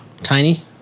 Tiny